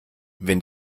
wenn